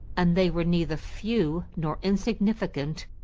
and they were neither few nor insignificant,